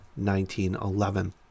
1911